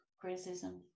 criticism